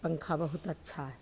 पन्खा बहुत अच्छा हइ